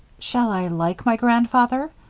shall i like my grandfather?